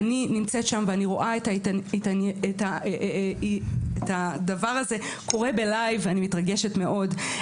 אני נמצאת שם ואני רואה את הדבר הזה קורה בלייב ואני מתרגשת מאוד.